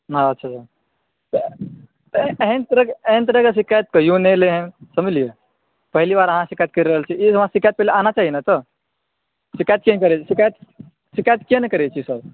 अच्छा एहन तरह के शिकायत कहियौ ने एलै हन समझलियै पहिल बेर अहाँ शिकायत करि रहल छी एक बेर शिकायत करै लए आना चाही शिकायत कियैक ने अहाँ करै छियै सर